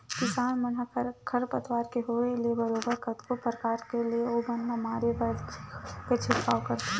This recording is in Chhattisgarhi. किसान मन ह खरपतवार के होय ले बरोबर कतको परकार ले ओ बन ल मारे बर दवई गोली के छिड़काव करथे